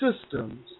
systems